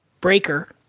breaker